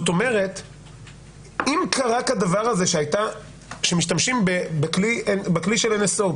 אם קרה כדבר הזה שמשתמשים בכלי של NSO,